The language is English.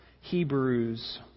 Hebrews